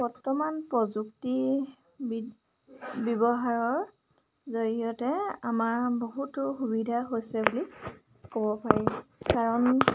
বৰ্তমান প্ৰযুক্তিবিদ ব্যৱহাৰৰ জৰিয়তে আমাৰ বহুতো সুবিধা হৈছে বুলি ক'ব পাৰি কাৰণ